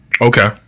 Okay